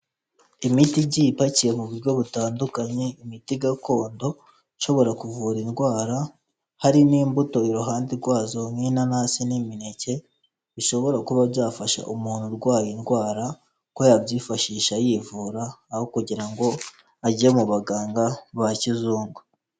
Imiti igiye ipakiye mu buryo butandukanye, imiti gakondo ishobora kuvura indwara, harimo imbuto iruhande rwazo nk'inanasi n'imineke, bishobora kuba byafasha umuntu urwaye indwara ko yabyifashisha yivura aho kugira ngo ajye mu baganga ba kizungu.